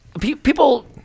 people